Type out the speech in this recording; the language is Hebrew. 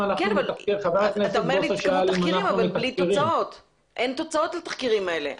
אין תוצאות לתחקירים האלה,